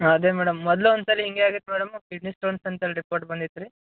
ಅದೆ ಮೇಡಮ್ ಮೊದ್ಲು ಒಂದು ಸಲ ಹೀಗೆ ಆಗಿತ್ತು ಮೇಡಮ್ ಕಿಡ್ನಿ ಸ್ಟೋನ್ಸ್ ಅಂತ್ಹೇಳಿ ರಿಪೋರ್ಟ್ ಬಂದಿತ್ತು ರೀ